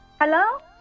Hello